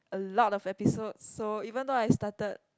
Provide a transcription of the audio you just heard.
a lot of episodes so even though I started